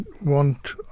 want